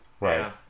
Right